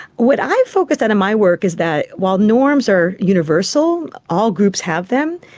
what i focused on in my work is that while norms are universal, all groups have them,